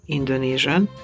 Indonesian